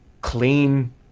clean